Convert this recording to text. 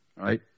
right